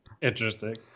Interesting